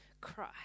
cry